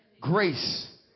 Grace